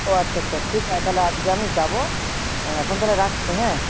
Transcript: ও আচ্ছা আচ্ছা ঠিক আছে তাহলে আজকে আমি যাবো এখন তাহলে রাখছি হ্যাঁ